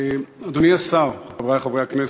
אדוני השר, חברי חברי הכנסת,